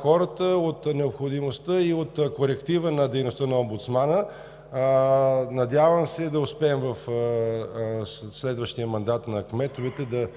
хората от необходимостта и от коректива на дейността на омбудсмана. Надявам се да успеем през следващия мандат на кметовете.